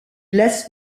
las